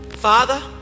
Father